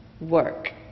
work